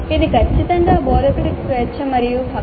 ఇది ఖచ్చితంగా బోధకుడి స్వేచ్ఛ మరియు హక్కు